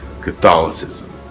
Catholicism